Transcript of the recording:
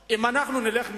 על מה הלכתם